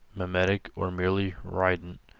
mimetic or merely rident.